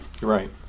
Right